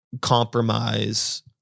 compromise